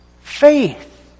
Faith